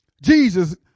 Jesus